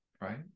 right